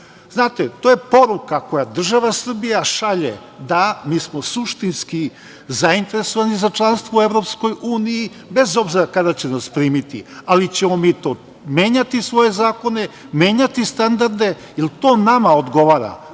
to je poruka koju država Srbija šalje – da mi smo suštinski zainteresovani za članstvo u EU bez obzira kada će nas primiti, ali ćemo mi menjati svoje zakone, menjati standarde jer to nama odgovara,